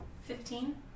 Fifteen